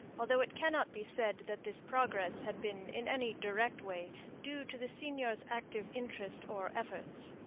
although it cannot be said that this progress had been in any direct way due to the seigneur's active interest or efforts.